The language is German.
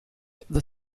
the